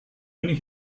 only